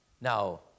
Now